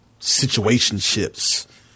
situationships